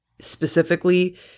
specifically